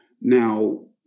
Now